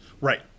right